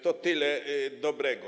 To tyle dobrego.